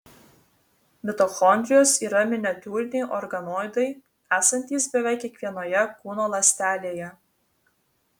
mitochondrijos yra miniatiūriniai organoidai esantys beveik kiekvienoje kūno ląstelėje